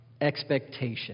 expectation